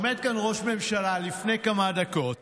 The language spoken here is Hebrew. עומד כאן ראש ממשלה לפני כמה דקות